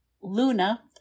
Luna